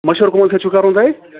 مَشوَرٕ کَمَن سۭتۍ چھُو کَرُن تۄہہِ